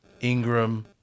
Ingram